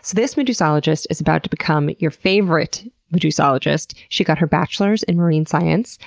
this medusologist is about to become your favorite medusologist. she got her bachelor's in marine science,